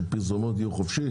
שפרסומות יהיו חופשי?